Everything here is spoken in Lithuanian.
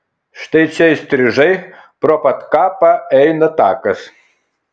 štai čia įstrižai pro pat kapą eina takas